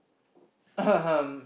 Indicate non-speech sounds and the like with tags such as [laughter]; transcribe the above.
[coughs]